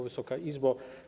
Wysoka Izbo!